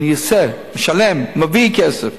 אני עושה, משלם, מביא כסף.